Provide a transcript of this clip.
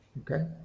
Okay